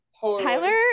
tyler